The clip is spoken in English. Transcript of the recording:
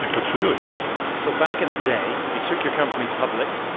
like, that's the deal he takes so back in the day, you took your company public.